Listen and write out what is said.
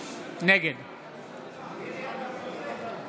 נגד יוליה מלינובסקי, נגד מיכאל